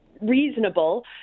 reasonable